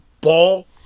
ball